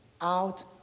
out